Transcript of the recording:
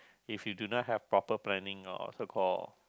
if you do not have proper planning or so call